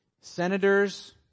senators